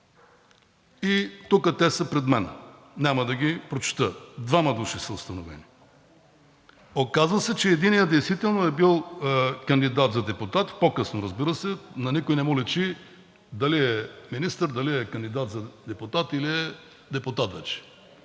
и тук те са пред мен – няма да ги прочета. Двама души са установени. Оказва се, че единият действително е бил кандидат за депутат – по-късно, разбира се. На никой не му личи дали е министър, дали е кандидат за депутат, или е депутат вече.